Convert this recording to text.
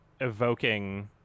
evoking